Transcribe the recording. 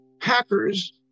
hackers